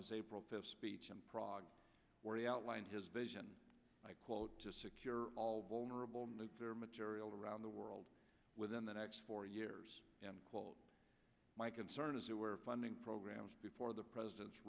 's april to speech in prague where he outlined his vision i quote to secure all vulnerable nuclear material around the world within the next four years and quote my concern is that where funding programs before the president's